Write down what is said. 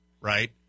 right